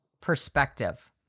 perspective